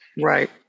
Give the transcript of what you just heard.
right